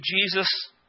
Jesus